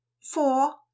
four